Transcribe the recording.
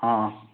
ହଁ